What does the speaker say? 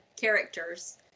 characters